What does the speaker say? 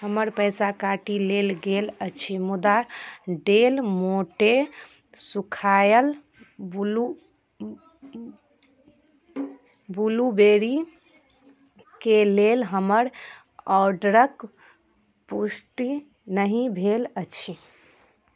हमर पैसा काटि लेल गेल अछि मुदा डेल मोंटे सूखायल ब्लू ब्लूबेरी के लेल हमर ऑर्डरक पुष्टि नहि भेल अछि